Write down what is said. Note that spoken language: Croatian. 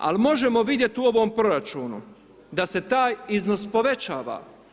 Ali možemo vidjeti u ovom proračunu da se taj iznos povećava.